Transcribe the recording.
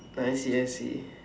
I see I see